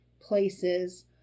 places